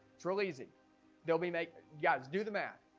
it's real easy they'll be make guys do the math.